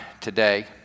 today